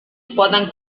poden